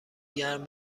گرم